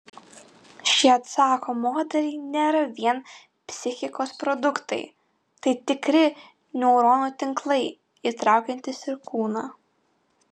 šie atsako modeliai nėra vien psichikos produktai tai tikri neuronų tinklai įtraukiantys ir kūną